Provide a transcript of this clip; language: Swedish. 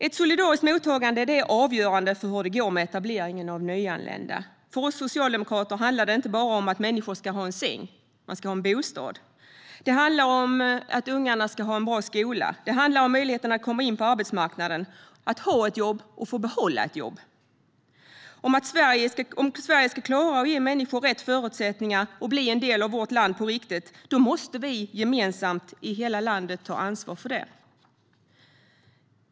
Ett solidariskt mottagande är avgörande för hur det går med etableringen av nyanlända. För oss socialdemokrater handlar det inte bara om att människor ska ha en säng, de ska också ha en bostad. Det handlar om att ungarna ska ha en bra skola och möjligheten att komma in på arbetsmarknaden, att ha ett jobb och få behålla ett jobb. Om Sverige ska klara att ge människor rätt förutsättningar att bli en del av vårt land på riktigt måste vi gemensamt i hela landet ta ansvar för det.